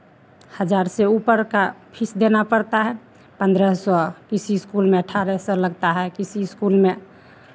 हज़ार से ऊपर का फीस देना पड़ता है पन्द्रह सौ किसी स्कूल में अठारह सौ लगता है किसी स्कूल में